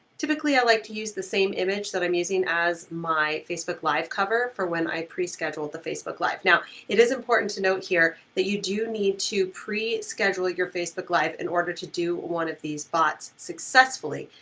typically, i like to use the same image that i'm using as my facebook live cover for when i pre-scheduled the facebook live. now, it is important to note here that you do need to pre-schedule your facebook live in order to do one of these bots successfully.